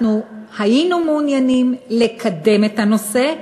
אנחנו היינו מעוניינים לקדם את הנושא,